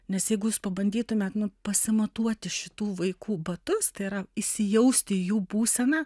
nes jeigu jūs pabandytumėt nu pasimatuoti šitų vaikų batus tai yra įsijausti į jų būseną